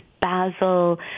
basil